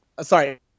Sorry